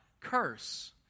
Curse